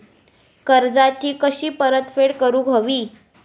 कर्जाची कशी परतफेड करूक हवी?